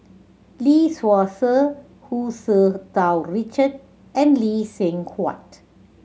Lee Seow Ser Hu Tsu Tau Richard and Lee Seng Huat